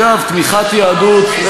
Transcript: אתה לא עונה בכלל על הדברים, אגב,